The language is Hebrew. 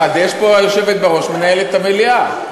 היושבת בראש מנהלת את המליאה.